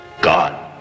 God